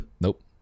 nope